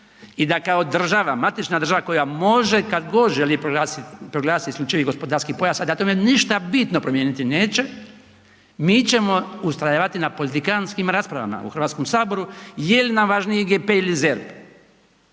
i da kao država, matična država koja može kad god želi proglasit isključivi gospodarski pojas, a da tome ništa bitno promijeniti neće, mi ćemo ustrajavati na politikantskim raspravama u HS jel nam važniji IGP ili ZERP,